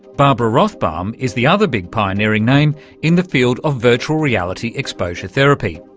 barbara rothbaum is the other big pioneering name in the field of virtual reality exposure therapy.